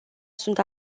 sunt